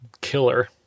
killer